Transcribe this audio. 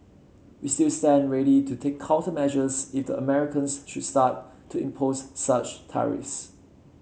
we still stand ready to take countermeasures if the Americans should start to impose such tariffs